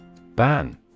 Ban